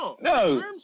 No